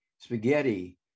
spaghetti